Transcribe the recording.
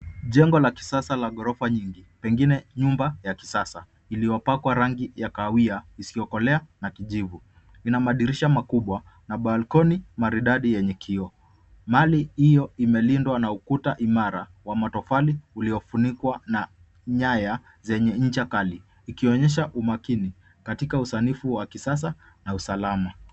Jengo la kisasa la ghorofa nyingi, pengine jengo la kisasa iliyopakwa rangi ya kahawia isiyokolea na kijivu. Lina madirisha makubwa na balcony maridadi yenye kioo. Mali hio imelindwa na ukuta imara wa matofali uliofunikwa na nyaya zenye ncha kali ikionyesha umakini katika usanifu wa kisasa na usalama.